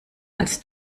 als